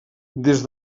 des